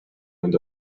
end